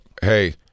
hey